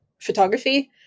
photography